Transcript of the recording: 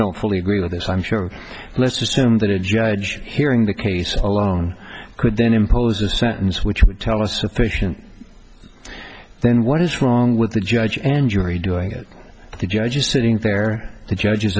don't fully agree with this i'm sure let's assume that a judge hearing the case alone could then impose a sentence which would tell a sufficient then what is wrong with the judge and jury doing it the judges sitting there the judges